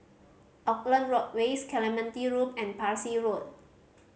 Auckland Road West Clementi Loop and Parsi Road